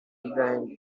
ibrahim